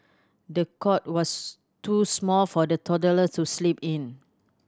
the cot was too small for the toddler to sleep in